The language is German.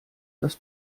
das